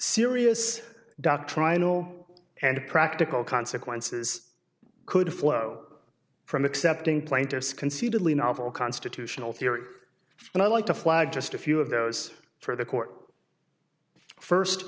serious dock trial and practical consequences could flow from accepting plaintiffs conceitedly novel constitutional theory and i'd like to flag just a few of those for the court first